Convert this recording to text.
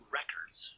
records